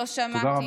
לא שמעתי.